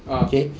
ah